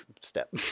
step